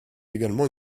également